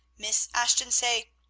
miss ashton say,